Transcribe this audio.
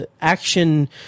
action